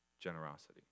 generosity